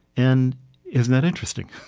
and isn't that interesting?